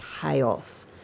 chaos